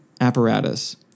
Apparatus